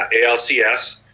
ALCS